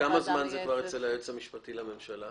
כמה זמן זה כבר אצל היועץ המשפטי לממשלה?